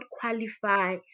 qualify